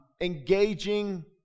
engaging